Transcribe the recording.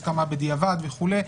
הסכמה בדיעבד וכולי.